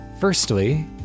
Firstly